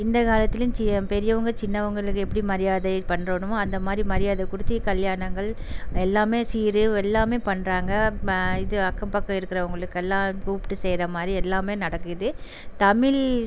இந்த காலத்துலையும் சி பெரியவங்க சின்னவர்களுக்கு எப்படி மரியாதை பண்ணணுமோ அந்த மாதிரி மரியாதை கொடுத்து கல்யாணங்கள் எல்லாமே சீர் எல்லாம் பண்ணுறாங்க இது அக்கம் பக்கம் இருக்கிறவங்களுக்கெல்லாம் கூப்பிட்டு செய்கிற மாதிரி எல்லாமே நடக்குது தமிழ்